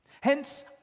Hence